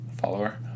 Follower